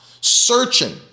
searching